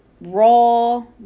raw